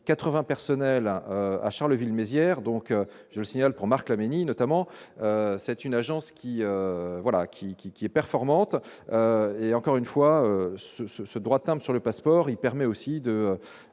80 personnels à Charleville-Mézières, donc je signale pour Marc Laménie notamment, c'est une agence qui voilà, qui qui qui est performante et encore une fois ce ce ce droit de timbre sur les passeports, il permet aussi de